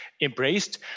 embraced